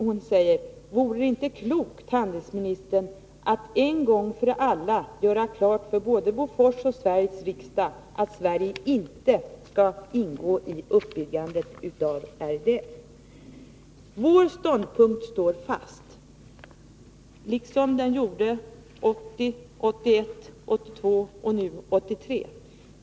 Hon säger: ”Vore det inte klokt, handelsministern, att en gång för alla göra klart för både Bofors och Sveriges riksdag att Sverige inte skall ingå i uppbyggandet av RDF?” Vår ståndpunkt står fast, liksom den gjorde 1980, 1981, 1982 och nu 1983.